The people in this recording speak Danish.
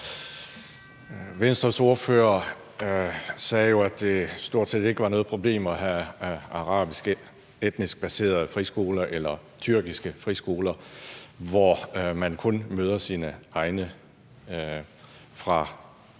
Venstres ordfører sagde jo, at det stort set ikke var noget problem at have arabisk baserede friskoler eller tyrkiske friskoler, hvor man kun møder sine egne fra samme